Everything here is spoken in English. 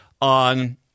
On